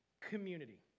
community